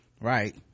Right